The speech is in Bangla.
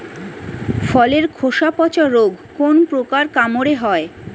ফলের খোসা পচা রোগ কোন পোকার কামড়ে হয়?